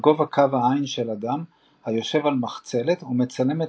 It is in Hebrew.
בגובה קו העין של אדם היושב על מחצלת ומצלמת